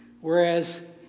whereas